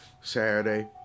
saturday